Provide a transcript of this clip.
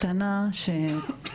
לקחתי על עצמי שאני אלווה אותן,